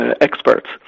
experts